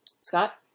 Scott